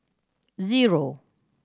zero